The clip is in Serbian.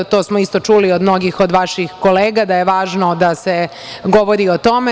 To smo isto čuli od mnogih od vaših kolega da je važno da se govori o tome.